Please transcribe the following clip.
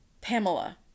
Pamela